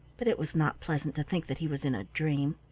but it was not pleasant to think that he was in a dream.